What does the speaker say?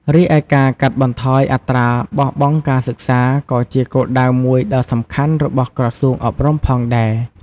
រីឯការកាត់បន្ថយអត្រាបោះបង់ការសិក្សា ក៏ជាគោលដៅមួយដ៏សំខាន់របស់ក្រសួងអប់រំផងដែរ។